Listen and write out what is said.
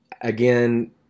again